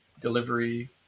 delivery